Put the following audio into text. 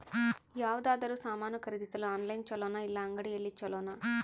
ಯಾವುದಾದರೂ ಸಾಮಾನು ಖರೇದಿಸಲು ಆನ್ಲೈನ್ ಛೊಲೊನಾ ಇಲ್ಲ ಅಂಗಡಿಯಲ್ಲಿ ಛೊಲೊನಾ?